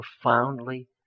profoundly